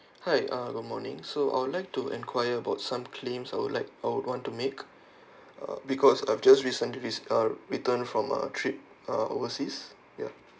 hi uh good morning so I would like to inquire about some claim I'd like I would want to make uh because I've just recently re~ uh return from a trip uh overseas ya